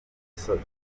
gisozi